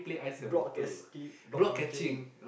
block catching block catching